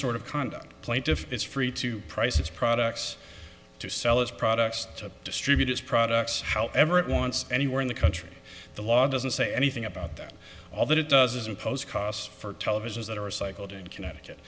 sort of conduct plaintiff is free to price its products to sell its products to distribute its products however it wants anywhere in the country the law doesn't say anything about that all that it does is impose costs for televisions that are recycled in connecticut